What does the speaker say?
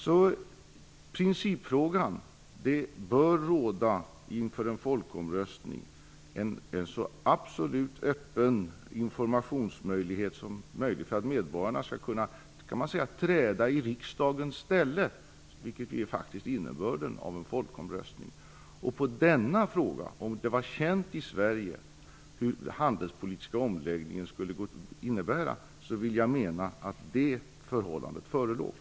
Svaret på principfrågan är att det inför en folkomröstning bör ges en så absolut öppen information som möjligt för att medborgarna skall kunna träda i riksdagens ställe, vilket ju faktiskt är innebörden av en folkomröstning. På frågan om det var känt i Sverige vad den handelspolitiska omläggningen skulle innebära, vill jag mena att det förhållandet förelåg.